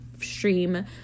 stream